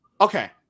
Okay